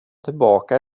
tillbaka